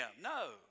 No